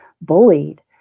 bullied